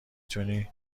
تونی